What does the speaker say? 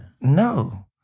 No